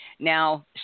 Now